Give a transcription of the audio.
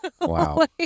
Wow